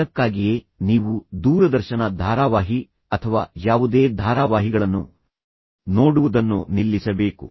ಅದಕ್ಕಾಗಿಯೇ ನೀವು ದೂರದರ್ಶನ ಧಾರಾವಾಹಿಗಳನ್ನು ಅಥವಾ ಯಾವುದೇ ಧಾರಾವಾಹಿಗಳನ್ನು ನೋಡುವುದನ್ನು ನಿಲ್ಲಿಸಬೇಕು